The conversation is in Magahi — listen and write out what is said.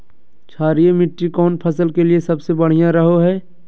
क्षारीय मिट्टी कौन फसल के लिए सबसे बढ़िया रहो हय?